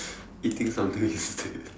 eating something instead